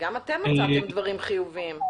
גם אתם הפקתם דברים חיוביים.